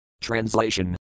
Translation